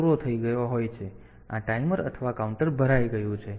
તેથી આ ટાઈમર અથવા કાઉન્ટર ભરાઈ ગયું છે